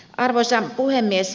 arvoisa puhemies